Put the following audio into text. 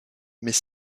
mais